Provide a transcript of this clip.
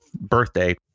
birthday